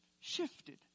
shifted